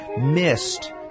missed